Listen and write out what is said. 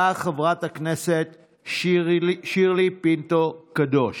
באה חברת הכנסת שירלי פינטו קדוש,